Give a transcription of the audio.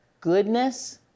goodness